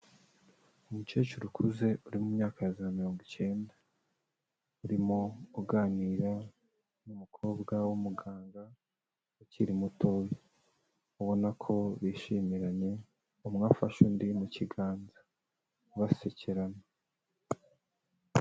Umukecuru ukuze uri mu myaka ya za mirongo icyenda, urimo uganira n'umukobwa w'umuganga ukiri mutoya, ubona ko bishimiranye, umwe afashe undi mu kiganza basekerana.